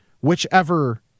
whichever